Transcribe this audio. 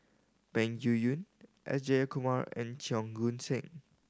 Peng Yuyun S Jayakumar and Cheong Koon Seng